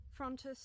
Frontus